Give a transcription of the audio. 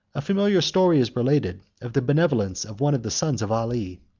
a familiar story is related of the benevolence of one of the sons of ali.